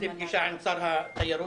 פגישה עם שר התיירות,